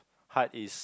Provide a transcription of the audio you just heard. hard is